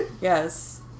yes